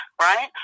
Right